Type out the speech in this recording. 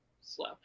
slow